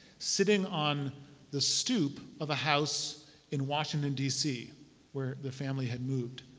sitting on the stoop of a house in washington dc where the family had moved.